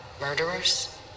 Murderers